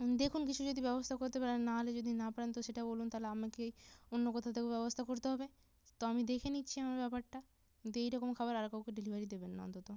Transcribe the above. দেখুন কিছু যদি ব্যবস্থা করতে পারেন নাহলে যদি না পারেন তো সেটা বলুন তাহলে আমাকেই অন্য কোথাও থেকেও ব্যবস্থা করতে হবে তো আমি দেখে নিচ্ছি আমার ব্যাপারটা কিন্তু এই রকম খাবার আর কাউকে ডেলিভারি দেবেন না অন্তত